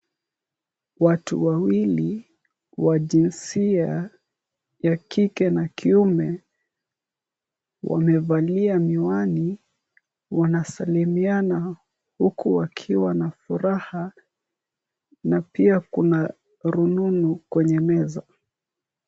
Watu wawili wa jinsia ya kike na kiume wamevalia miwani wanasalimiana huku wakiwa na furaha na pia kuna rununu kwenye meza.